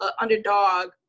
underdog